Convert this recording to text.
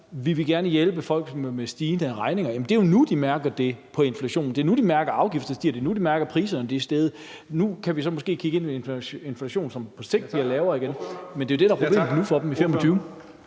at man gerne vil hjælpe folk med stigende regninger, at det jo er nu, de mærker det, mærker inflationen, at det er nu, de mærker, at afgifter stiger, og at det er nu, de mærker, at priserne er steget. Nu kan vi så måske kigge ind i en inflation, som på sigt bliver lavere igen, men det er jo det, der nu er problemet for dem i 2025.